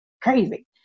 crazy